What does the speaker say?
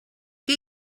què